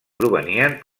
provenien